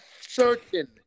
certain